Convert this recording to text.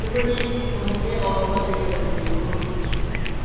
त्यो पनि बगानकै अवस्थाले गर्दाखेरि हो